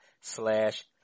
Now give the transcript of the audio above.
slash